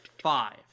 five